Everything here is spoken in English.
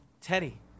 Teddy